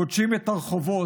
גודשים את הרחובות,